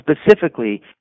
specifically